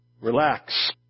Relax